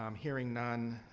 um hearing none,